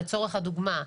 לצורך הדוגמה,